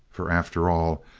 for after all,